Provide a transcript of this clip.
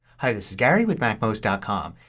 hi, this is gary with macmost ah com.